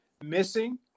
missing